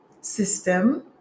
system